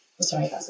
Sorry